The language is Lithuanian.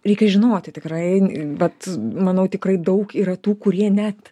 reikia žinoti tikrai vat manau tikrai daug yra tų kurie net